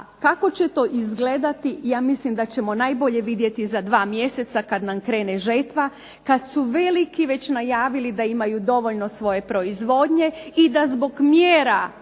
kako će to izgledati ja mislim da ćemo najbolje vidjeti za dva mjeseca kada nam krene žetva, kada su veliki već najavili da imaju dovoljno svoje proizvodnje i da zbog mjera